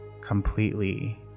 completely